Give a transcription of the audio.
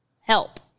help